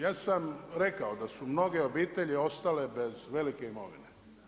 Ja sam rekao da su mnoge obitelji ostale bez velike imovine.